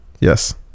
yes